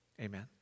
Amen